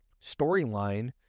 storyline